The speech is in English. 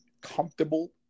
comfortable